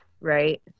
right